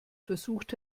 versucht